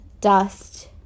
dust